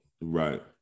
Right